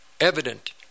evident